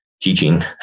teaching